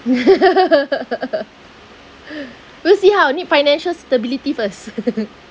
will see how I need financial stability first